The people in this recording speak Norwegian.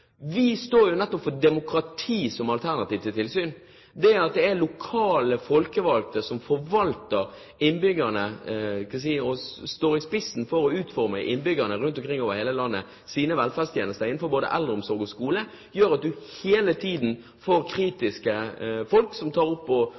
Vi står nettopp for demokrati som alternativ til tilsyn. At det er lokale folkevalgte som – hva skal jeg si – står i spissen for å utforme innbyggernes velferdstjenester innenfor eldreomsorg og skole rundt omkring i hele landet, gjør at man hele tiden får